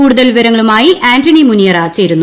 കുടുതൽ വിവരങ്ങളുമായി ആന്റണി മുനിയറ ചേരുന്നു